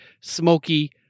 smoky